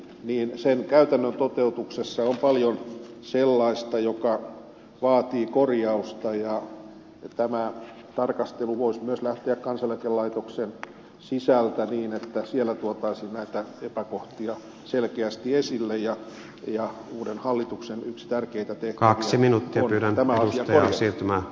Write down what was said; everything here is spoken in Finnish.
sen käytännön toteutuksessa on paljon sellaista mikä vaatii korjausta ja tämä tarkastelu voisi myös lähteä kansaneläkelaitoksen sisältä niin että siellä tuotaisiin näitä epäkohtia selkeästi esille ja uuden hallituksen yksi tärkeitä tehtäviä on tämä asia korjata